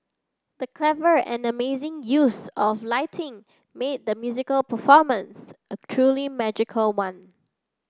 the clever and amazing use of lighting made the musical performance a truly magical one